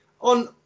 On